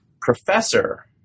professor